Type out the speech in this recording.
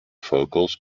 vocals